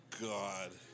God